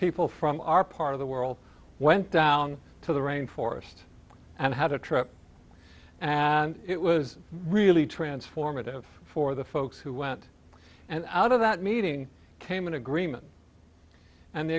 people from our part of the world went down to the rainforest and had a trip and it was really transformative for the folks who went and out of that meeting came an agreement and the